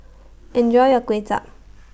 Enjoy your Kway Chap